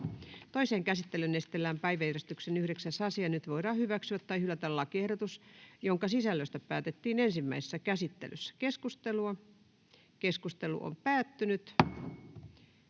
Toiseen käsittelyyn esitellään päiväjärjestyksen 6. asia. Nyt voidaan hyväksyä tai hylätä lakiehdotukset, joiden sisällöstä päätettiin ensimmäisessä käsittelyssä. — Keskustelu, edustaja